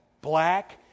black